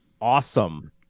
awesome